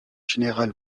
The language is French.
général